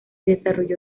desarrolló